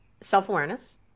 self-awareness